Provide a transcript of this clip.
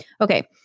Okay